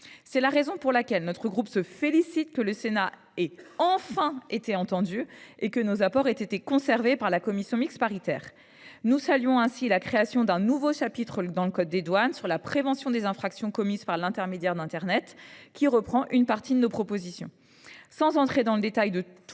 C’est la raison pour laquelle notre groupe se félicite que le Sénat ait enfin été entendu et que nos apports aient été conservés par la commission mixte paritaire. Nous saluons ainsi la création d’un nouveau chapitre dans le code des douanes sur la prévention des infractions commises par l’intermédiaire d’internet, qui reprend une partie de nos propositions. Sans entrer dans le détail de tous